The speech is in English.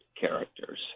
characters